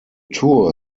tour